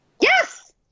Yes